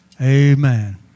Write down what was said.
Amen